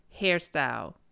hairstyle